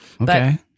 Okay